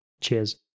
Cheers